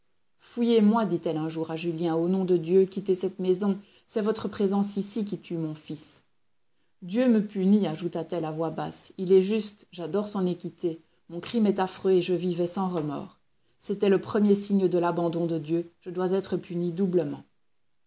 fuyez moi dit-elle un jour à julien au nom de dieu quittez cette maison c'est votre présence ici qui tue mon fils dieu me punit ajouta-t-elle à voix basse il est juste j'adore son équité mon crime est affreux et je vivais sans remords c'était le premier signe de l'abandon de dieu je dois être punie doublement